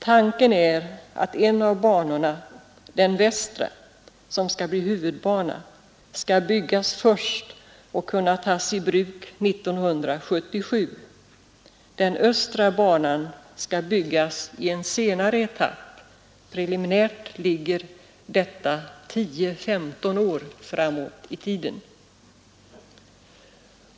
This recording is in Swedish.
Tanken är att en av banorna — den västra, som skall bli huvudbana — skall byggas först och kunna tas i bruk 1977. Den östra banan skall byggas i en senare etapp; preliminärt ligger detta 10—15 år framåt i tiden.